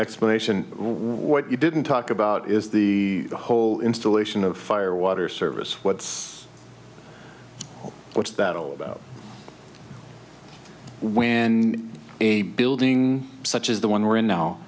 explanation what you didn't talk about is the whole installation of fire water service what what's that all about when a building such as the one we're in now